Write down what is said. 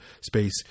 space